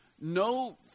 no